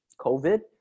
COVID